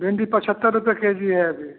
भिंडी पचहत्तर रुपये के जी है अभी